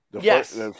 Yes